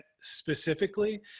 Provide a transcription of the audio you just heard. specifically